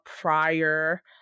prior